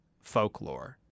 folklore